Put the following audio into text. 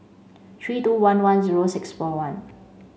three two one one zero six four one